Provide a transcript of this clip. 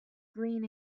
green